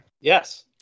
Yes